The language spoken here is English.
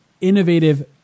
innovative